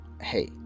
hey